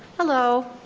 hello,